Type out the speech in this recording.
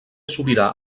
sobirà